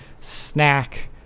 snack